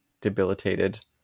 debilitated